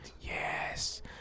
Yes